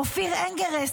אופיר אנגרסט,